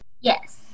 Yes